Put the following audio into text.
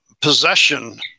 possession